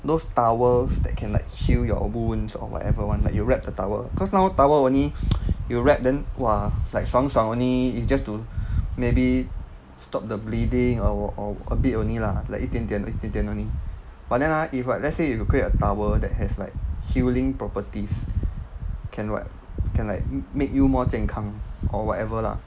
those towels that can like heal your wounds or whatever [one] like you wrap the towel cause now towel only you wrap then !wah! like 爽爽 only it's just to maybe stop the bleeding or or a bit only lah like 一点点一点点 only but then ah if what let's say you create a towel that has like healing properties can what can like make you more 健康 or whatever lah